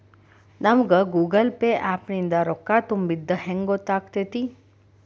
ನಮಗ Google Pay app ನಿಂದ ರೊಕ್ಕಾ ತುಂಬಿದ್ದ ಹೆಂಗ್ ಗೊತ್ತ್ ಆಗತೈತಿ?